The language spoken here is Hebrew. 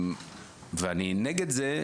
ואני נגד זה.